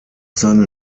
seine